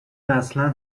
اصلا